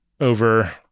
over